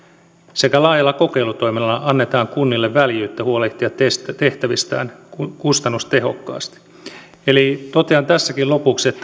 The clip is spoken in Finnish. sekä laajalla kokeilutoiminnalla annetaan kunnille väljyyttä huolehtia tehtävistään kustannustehokkaasti eli totean tässäkin lopuksi että